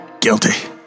Guilty